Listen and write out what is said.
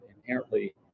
inherently